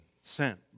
sent